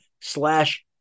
slash